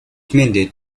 mandate